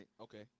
Okay